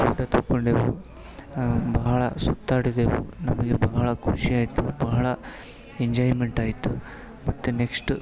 photo ತಕ್ಕೊಂಡೆವು ಬಹಳ ಸುತ್ತಾಡಿದೆವು ನಮಗೆ ಬಹಳ ಖುಷಿಯಾಯಿತು ಬಹಳ ಎಂಜಾಯ್ಮೆಂಟ್ ಆಯಿತು ಮತ್ತು ನೆಕ್ಷ್ಟ್